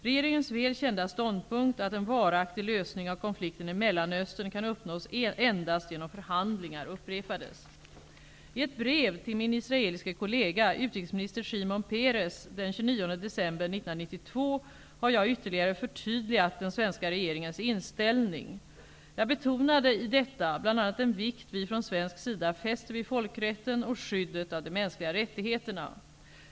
Regeringens väl kända ståndpunkt, att en varaktig lösning av konflikten i Mellanöstern kan uppnås endast genom förhandlingar, upprepades. I ett brev till min israeliske kollega, utrikesminister Shimon Peres, den 29 december 1992 har jag ytterligare förtydligat den svenska regeringens inställning. Jag betonade i detta bl.a. den vikt vi från svensk sida fäster vid folkrätten och skyddet av de mänskliga rättigheterna.